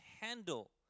handle